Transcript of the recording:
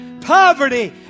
poverty